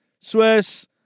Swiss